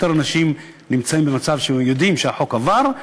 יותר אנשים נמצאים במצב שיודעים שהחוק עבר,